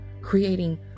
creating